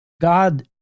God